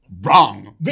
Wrong